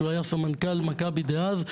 שהוא היה סמנכ"ל "מכבי" דאז,